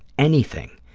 anything,